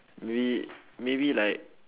may~ maybe like